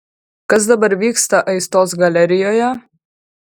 kas dabar vyksta aistos galerijoje